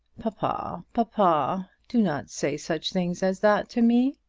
papa, papa do not say such things as that to me!